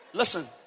Listen